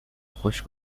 خشک